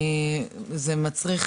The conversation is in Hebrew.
זה מצריך